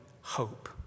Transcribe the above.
hope